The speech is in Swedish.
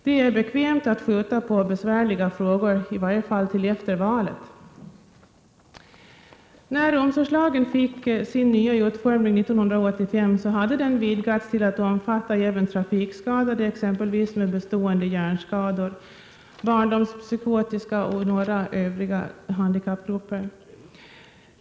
Det är bekvämt att skjuta på besvärliga frågor — i varje fall till efter valet. När omsorgslagen fick sin nya utformning 1985, hade den vidgats till att omfatta även trafikskadade, exempelvis med bestående hjärnskador, barndomspsykotiskt skadade plus några övriga handikappgrupper.